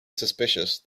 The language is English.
suspicious